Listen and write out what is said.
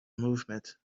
movement